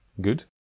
Good